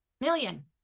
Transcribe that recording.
Million